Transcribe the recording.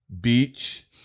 beach